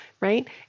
right